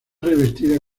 revestida